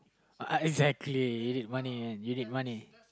exactly I need money and you need money